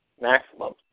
maximum